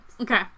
Okay